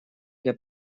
для